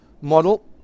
model